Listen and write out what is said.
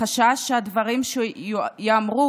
מחשש שהדברים שיאמרו